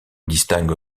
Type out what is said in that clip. distingue